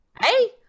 hey